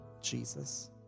Jesus